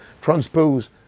transpose